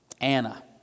Anna